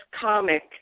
comic